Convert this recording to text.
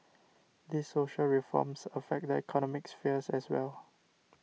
these social reforms affect the economic sphere as well